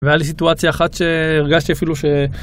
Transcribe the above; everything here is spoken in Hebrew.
והיה לי סיטואציה אחת שהרגשתי אפילו ש.